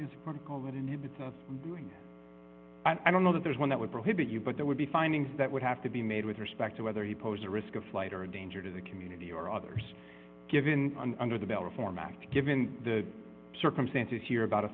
going i don't know that there's one that would prohibit you but there would be findings that would have to be made with respect to whether he posed a risk of flight or a danger to the community or others given under the bill reform act given the circumstances here about a